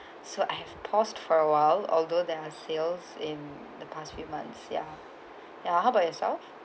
so I have paused for awhile although there are sales in the past few months ya ya how about yourself